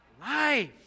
Life